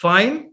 Fine